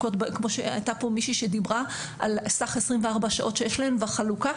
הייתה כאן מישהי שדיברה על סך 24 שעות שיש להן והחלוקה.